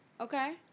Okay